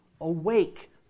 awake